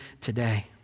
today